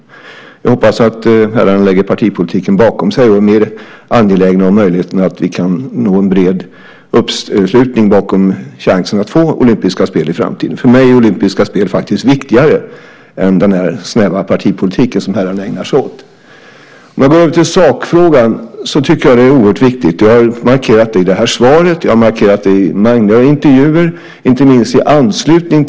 Jag hoppas att herrarna lägger partipolitiken bakom sig och är mer angelägna om möjligheten att nå en bred uppslutning bakom chansen att få olympiska spel i framtiden. För mig är olympiska spel faktiskt viktigare än den här snäva partipolitiken som herrarna ägnar sig åt. Låt mig gå över till sakfrågan. Jag tycker att det är oerhört viktigt att alla dörrar står öppna för Sverige att på nytt söka olympiska spel, exempelvis 2018.